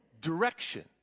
direction